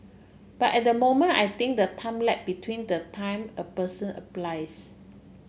but at the moment I think the time lag between the time a person applies